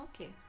Okay